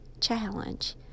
challenge